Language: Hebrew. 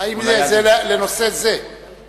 האם זה בנושא זה בדיוק?